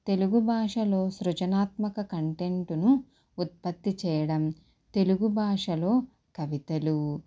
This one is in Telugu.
తెలుగుభాషలో సృజనాత్మక కంటెంటును ఉత్పత్తి చేయడం తెలుగుభాషలో కవితలు